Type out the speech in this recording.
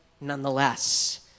nonetheless